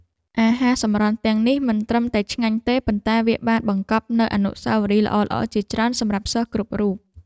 អាហារសម្រន់ទាំងនេះមិនត្រឹមតែឆ្ងាញ់ទេប៉ុន្តែវាបានបង្កប់នូវអនុស្សាវរីយ៍ល្អៗជាច្រើនសម្រាប់សិស្សគ្រប់រូប។